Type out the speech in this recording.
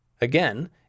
Again